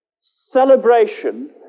celebration